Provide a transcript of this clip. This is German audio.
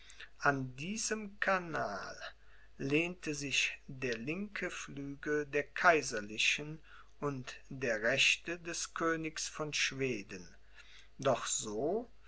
an diesen kanal lehnte sich der linke flügel der kaiserlichen und der rechte des königs von schweden doch so